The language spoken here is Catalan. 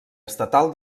estatal